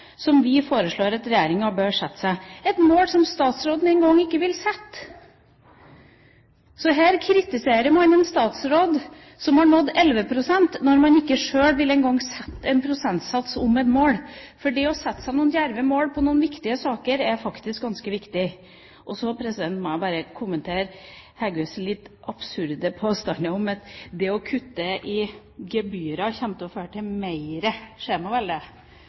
som vi foreslår at regjeringa bør sette seg – et mål som statsråden ikke engang vil sette. Her kritiserer man en statsråd som har nådd 11 pst., når man ikke sjøl vil sette en prosentsats om et mål. For det å sette seg noen djerve mål for noen viktige saker er faktisk ganske viktig. Så må jeg bare kommentere Heggøs litt absurde påstand om at det å kutte i gebyrene kommer til å føre til mer skjemavelde.